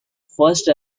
first